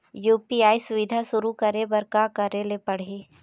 UPI सुविधा शुरू करे बर का करे ले पड़ही?